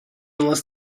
unless